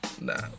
Nah